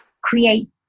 create